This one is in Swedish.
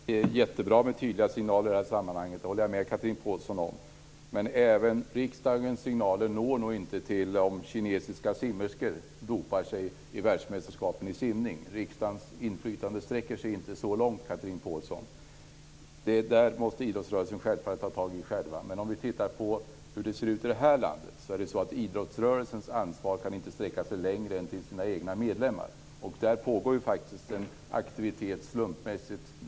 Herr talman! Jag håller med Chatrine Pålsson om att det är bra med tydliga signaler i det här sammanhanget men riksdagens signaler når nog inte fram om kinesiska simmerskor dopar sig i världsmästerskapen i simning. Riksdagens inflytande sträcker sig inte så långt, Chatrine Pålsson! Detta måste idrottsrörelsen själv givetvis ta tag i. Vi kan titta på hur det ser ut i landet. Idrottsrörelsens ansvar kan inte sträcka sig längre än till de egna medlemmarna. Det pågår faktiskt en aktivitet slumpmässigt.